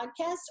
podcast